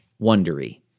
Wondery